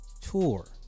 tour